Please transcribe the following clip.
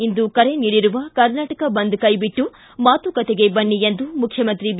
ಇಂದು ಕರೆ ನೀಡಿರುವ ಕರ್ನಾಟಕ ಬಂದ್ ಕೈಬಿಟ್ಟು ಮಾತುಕತೆಗೆ ಬನ್ನಿ ಎಂದು ಮುಖ್ಯಮಂತ್ರಿ ಬಿ